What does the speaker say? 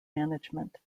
management